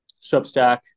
Substack